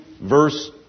verse